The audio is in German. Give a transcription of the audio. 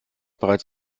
bereits